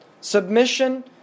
submission